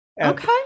Okay